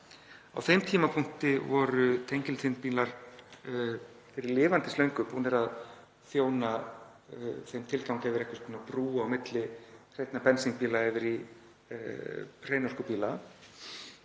Á þeim tímapunkti voru tengiltvinnbílar fyrir lifandislöngu búnir að þjóna þeim tilgangi að vera einhvers konar brú á milli hreinna bensínbíla yfir í hreinorkubíla,